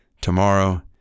tomorrow